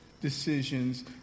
decisions